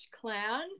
Clan